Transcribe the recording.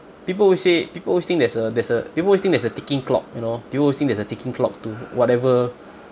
people always say people always think there's a there's a people always think there's a ticking clock you know people always think there's a ticking clock to whatever